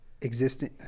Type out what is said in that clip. existing